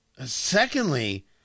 Secondly